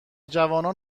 جوانان